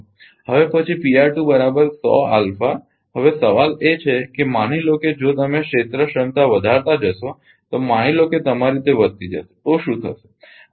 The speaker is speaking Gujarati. હવે પછી હવે સવાલ એ છે કે માની લો કે જો તમે ક્ષેત્ર ક્ષમતા વધારતા જશો તો માની લો કે તમારી તે વધતી જશે તો શું થશે